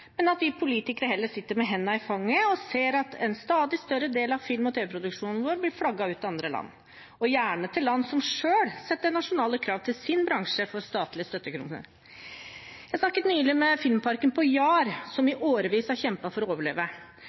men at vi politikere heller sitter med hendene i fanget og ser at en stadig større del av film- og tv-produksjonen vår blir flagget ut til andre land, og gjerne til land som selv setter nasjonale krav til sin bransje for statlige støttekroner. Jeg snakket nylig med Filmparken på Jar, som i årevis har kjempet for å overleve.